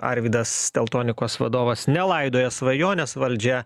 arvydas teltonikos vadovas nelaidoja svajonės valdžia